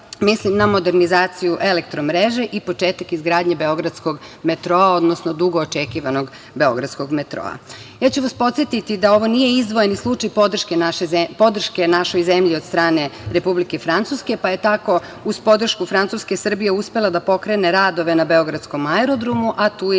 mislim na modernizaciju elektromreže i početak izgradnje beogradskog metroa, odnosno dugo očekivanog beogradskog metroa. Podsetiću vas da ovo nije izdvojeni slučaj podrške našoj zemlji od strane Republike Francuske, pa je tako uz podršku Francuske Srbija uspela da pokrene radove na beogradskom aerodromu, a tu je i projekat